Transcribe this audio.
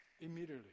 immediately